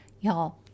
Y'all